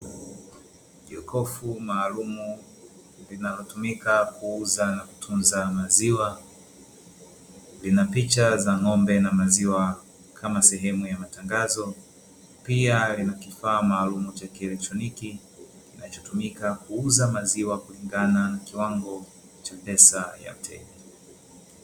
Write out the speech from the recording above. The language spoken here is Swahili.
Jokofu maalum linalo tumika kuuza na kutunza maziwa, lina picha ya ng'ombe na maziwa kama sehemu ya matangazo pia lina kifaa maalumu cha kieletroniki kinacho tumika kuuza maziwa kulingana na kiwango cha pesa ya mteja.